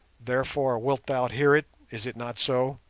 therefore wilt thou hear it, is it not so?